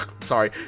Sorry